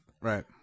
Right